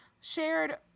shared